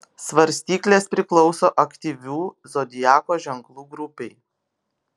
svarstyklės priklauso aktyvių zodiako ženklų grupei